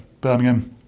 Birmingham